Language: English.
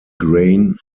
grain